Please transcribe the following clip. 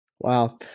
Wow